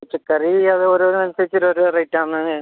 പച്ചക്കറി അത് ഓരോന്നിനും അനുസരിച്ച് ഓരോരോ റേറ്റ് ആണ്